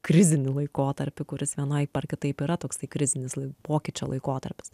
krizinį laikotarpį kuris vienaip ar kitaip yra toksai krizinis pokyčio laikotarpis